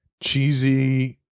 cheesy